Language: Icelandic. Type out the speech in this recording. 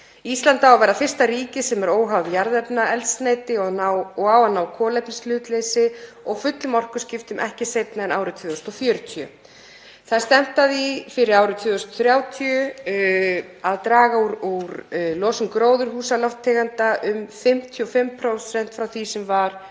Ísland á að vera fyrsta ríkið sem er óháð jarðefnaeldsneyti og á að ná kolefnishlutleysi og fullum orkuskiptum ekki seinna en árið 2040. Það er stefnt að því fyrir árið 2030 að draga úr losun gróðurhúsalofttegunda um 55% frá því sem var